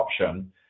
option